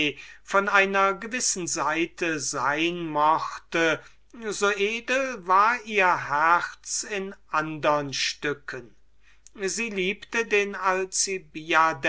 von einer gewissen seite sein mochte so edel war ihr herz in andern stücken sie liebte den